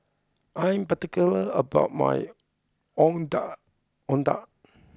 I am particular about my Ondeh Ondeh